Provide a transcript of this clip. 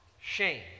shame